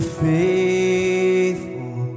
faithful